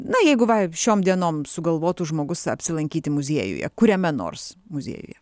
na jeigu va šiom dienom sugalvotų žmogus apsilankyti muziejuje kuriame nors muziejuje